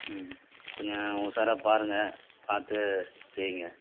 ம் கொஞ்சம் உஷாராக பாருங்க பார்த்து செய்யுங்க